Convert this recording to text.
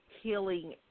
healing